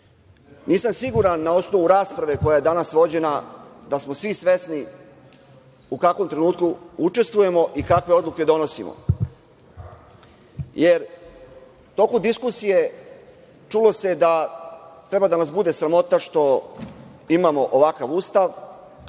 Nisam siguran, na osnovu rasprave koja je danas vođena, da smo svi svesni u kakvom trenutku učestvujemo i kakve odluke donosimo, jer u toku diskusije čulo se da treba da nas bude sramota što imamo ovakav Ustav,